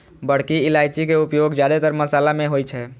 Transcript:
बड़की इलायची के उपयोग जादेतर मशाला मे होइ छै